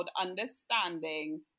understanding